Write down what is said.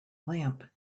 lamp